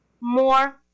more